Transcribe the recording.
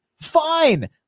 Fine